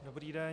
Dobrý den.